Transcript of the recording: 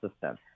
system